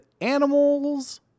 animals